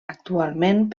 actualment